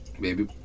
Baby